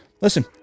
Listen